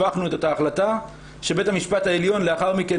הפכנו את אותה החלטה שבית המשפט העליון לאחר מכן